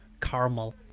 caramel